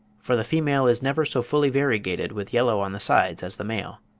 for the female is never so fully variegated with yellow on the sides as the male.